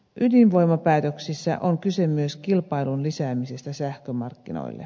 ydinvoimapäätöksissä on kyse myös kilpailun lisäämisestä sähkömarkkinoille